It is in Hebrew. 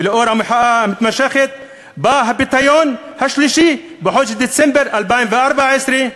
ולאור המחאה המתמשכת בא הפיתיון השלישי בחודש דצמבר 2014,